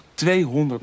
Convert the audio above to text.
200